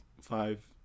five